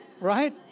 right